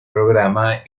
programa